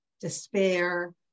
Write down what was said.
despair